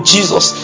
Jesus